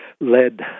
led